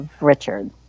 Richard